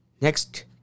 Next